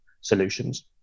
solutions